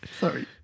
sorry